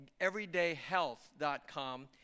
everydayhealth.com